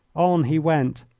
on he went,